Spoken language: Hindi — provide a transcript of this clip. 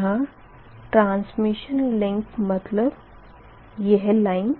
यहाँ ट्रांसमिशन लिंक मतलब यह लाइन